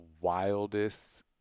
wildest